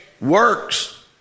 works